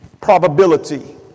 Probability